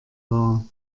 war